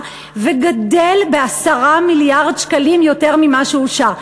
וגדל ב-10 מיליארד שקלים יותר ממה שאושר.